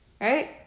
Right